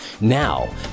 Now